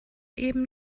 eben